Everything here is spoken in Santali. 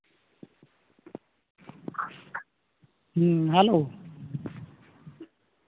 ᱦᱩᱸ ᱦᱮᱞᱳ